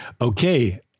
okay